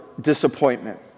disappointment